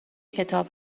کتاب